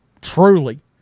truly